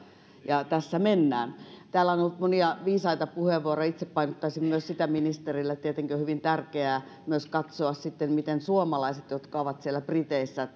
ja tässä mennään täällä on ollut monia viisaita puheenvuoroja itse painottaisin ministerille myös sitä että tietenkin on hyvin tärkeää myös katsoa sitten miten suomalaiset jotka ovat siellä briteissä